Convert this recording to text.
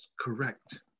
correct